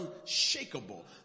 unshakable